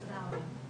תודה רבה.